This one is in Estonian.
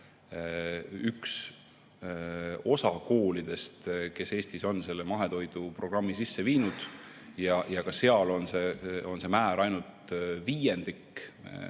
üks osa koolidest on Eestis selle mahetoiduprogrammi sisse viinud, ja ka seal on see määr ainult viiendik